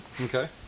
Okay